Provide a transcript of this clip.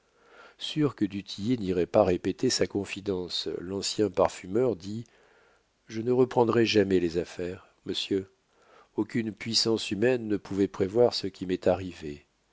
sûr que du tillet n'irait pas répéter sa confidence l'ancien parfumeur dit je ne reprendrai jamais les affaires monsieur aucune puissance humaine ne pouvait prévoir ce qui m'est arrivé